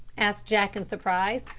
asked jack in surprise.